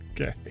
okay